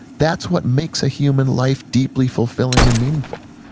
that's what makes a human life deeply fulfilling and meaningful,